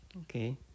okay